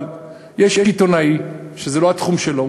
אבל יש עיתונאי שזה לא התחום שלו,